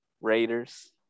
Raiders